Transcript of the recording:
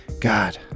God